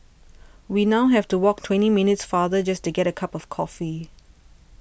we now have to walk twenty minutes farther just to get a cup of coffee